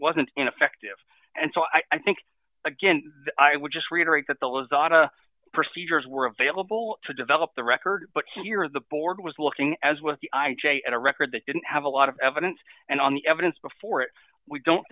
wasn't ineffective and so i think again i would just reiterate that those oughta procedures were available to develop the record but here the board was looking as with the i j a at a record that didn't have a lot of evidence and on the evidence before it we don't